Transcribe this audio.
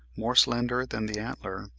more slender than the antler,